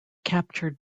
captured